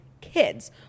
kids